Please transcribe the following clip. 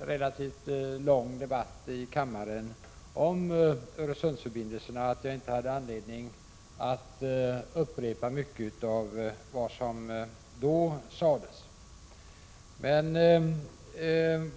relativt lång debatt i kammaren om Öresundsförbindelserna. Jag hade därför inte skäl att upprepa allt det som då sades.